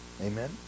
amen